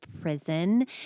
prison